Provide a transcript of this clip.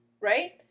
right